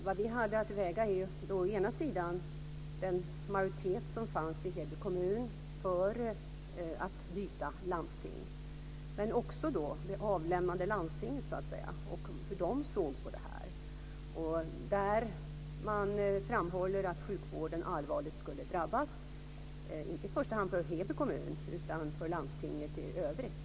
Vad vi hade att väga mellan var å ena sidan den majoritet som fanns i Heby kommun för att byta landsting men också å andra sidan hur det så att säga avlämnande landstinget såg på det. Man framhåller där att sjukvården allvarligt skulle drabbas inte i första hand i Heby kommun utan i landstinget i övrigt.